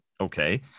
Okay